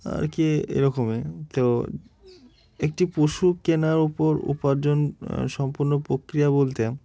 আর কি এরকমই তো একটি পশু কেনার উপর উপার্জন সম্পূর্ণ প্রক্রিয়া বলতে